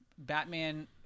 Batman